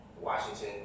Washington